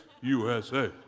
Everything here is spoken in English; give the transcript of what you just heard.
USA